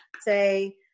Say